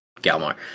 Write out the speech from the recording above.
Galmar